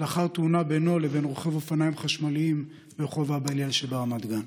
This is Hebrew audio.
לאחר תאונה בינו לבין אופניים חשמליים ברחוב אבא הלל שברמת גן.